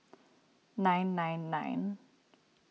nine nine nine